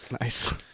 Nice